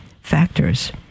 factors